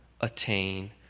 attain